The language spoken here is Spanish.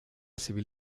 civil